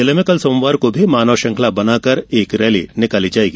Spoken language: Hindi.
जिले में कल सोमवार को मानव श्रंखला बनाकर रैली निकाली जायेगी